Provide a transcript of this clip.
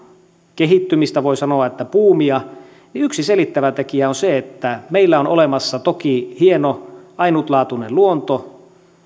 kehittymistä voi sanoa että buumia varmasti yksi selittävä tekijä on se että meillä on olemassa toki hieno ainutlaatuinen luonto